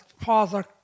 Father